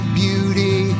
beauty